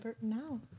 now